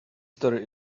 story